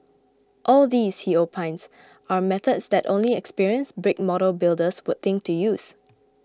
all these he opines are methods that only experienced brick model builders would think to use